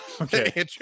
Okay